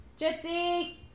Gypsy